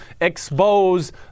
expose